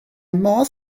modd